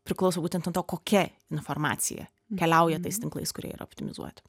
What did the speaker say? priklauso būtent nuo to kokia informacija keliauja tais tinklais kurie yra optimizuoti